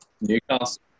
Newcastle